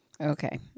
Okay